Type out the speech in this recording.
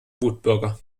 wutbürger